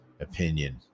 opinion